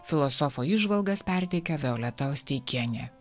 filosofo įžvalgas perteikia violeta osteikienė